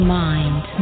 mind